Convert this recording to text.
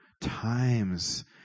times